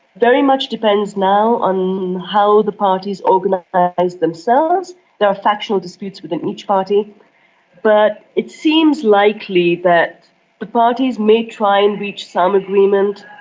very much depends now on yeah how the parties organise themselves there are factional disputes within each party but it seems likely that the parties may try and reach some agreement.